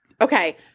Okay